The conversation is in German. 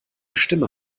stimme